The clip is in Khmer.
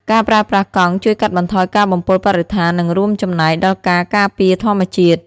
ការប្រើប្រាស់កង់ជួយកាត់បន្ថយការបំពុលបរិស្ថាននិងរួមចំណែកដល់ការការពារធម្មជាតិ។